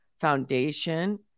Foundation